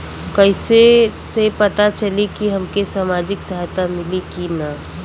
कइसे से पता चली की हमके सामाजिक सहायता मिली की ना?